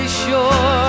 Sure